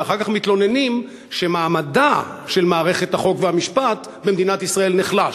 ואחר כך מתלוננים שמעמדה של מערכת החוק והמשפט במדינת ישראל נחלש.